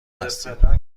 هستیم